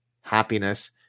happiness